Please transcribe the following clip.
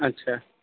اچھا